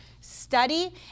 study